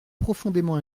profondément